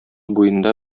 буенда